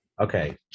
Okay